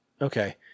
Okay